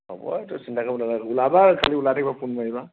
হ'ব আৰু সেইটো চিন্তা কৰিব নালাগে ওলাবা খালি ওলাই থকিবা ফোন মাৰিবা